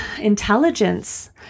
intelligence